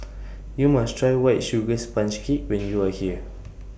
YOU must Try White Sugar Sponge Cake when YOU Are here